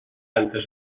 antes